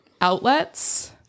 Outlets